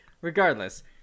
Regardless